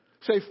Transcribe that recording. Say